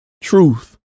truth